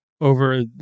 over